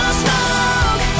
smoke